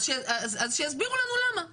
אז שיסבירו לנו למה.